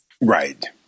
Right